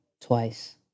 Twice